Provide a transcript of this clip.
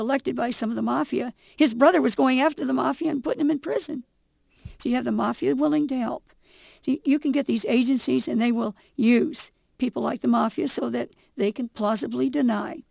elected by some of the mafia his brother was going after the mafia and put him in prison so you have the mafia willing to help you can get these agencies and they will use people like the mafia so that they can plausibly deny